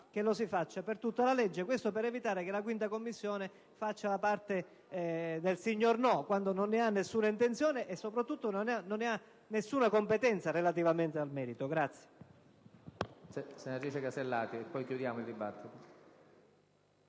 che lo si faccia per tutta la legge. Lo dico per evitare che la 5a Commissione faccia la parte del «signor no», quando non ne ha nessuna intenzione e soprattutto non ha nessuna competenza in relazione al merito.